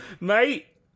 Mate